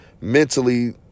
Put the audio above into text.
mentally